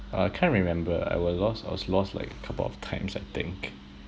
uh can't remember I was lost I was lost like a couple of times I think